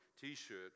T-shirt